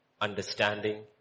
understanding